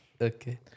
Okay